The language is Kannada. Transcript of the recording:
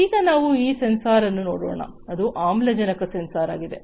ಈಗ ನಾವು ಈ ಸೆನ್ಸಾರ್ ಅನ್ನು ನೋಡೋಣ ಅದು ಆಮ್ಲಜನಕ ಸೆನ್ಸಾರ್ ಆಗಿದೆ